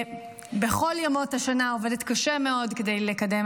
שבכל ימות השנה עובדת קשה מאוד כדי לקדם